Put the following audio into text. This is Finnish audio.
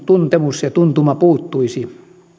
tuntemus ja tuntuma puuttuisivat